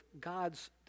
God's